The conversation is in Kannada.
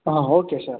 ಹಾಂ ಓಕೆ ಸರ್